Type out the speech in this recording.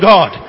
God